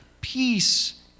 peace